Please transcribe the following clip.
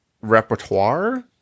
repertoire